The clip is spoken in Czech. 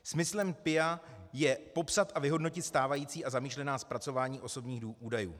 Smyslem DPIA je popsat a vyhodnotit stávající a zamýšlená zpracování osobních údajů.